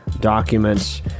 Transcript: documents